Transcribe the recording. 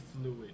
fluid